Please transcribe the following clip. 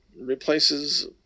replaces